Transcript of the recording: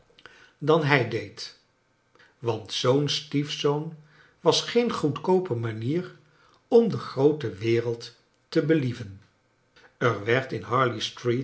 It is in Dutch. dan hij deed want zoo'n stiefzoon was geen goedkoope manier om de groote wereld te believen er werd in